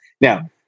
Now